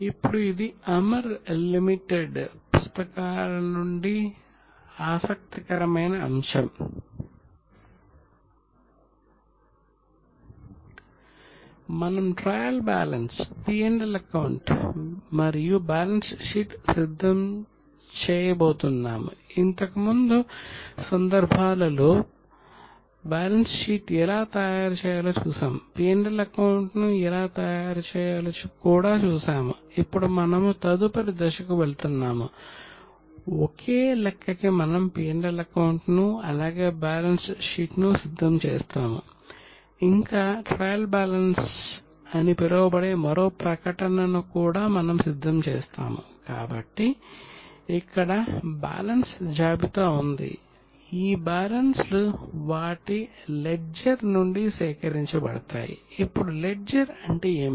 ఇప్పుడు ఇది Amar limited Amar limited పుస్తకాల నుండి ఆసక్తికరమైన అంశం మనము ట్రయల్ బ్యాలెన్స్ అంటే ఏమిటి